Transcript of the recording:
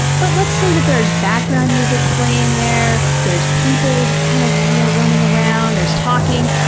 but let's say that there's background music playing there. there's people kind of, you know, roaming around. there's talking.